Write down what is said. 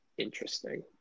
interesting